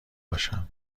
باشم